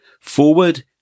forward